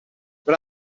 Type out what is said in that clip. but